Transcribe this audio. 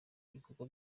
ibikorwa